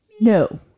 No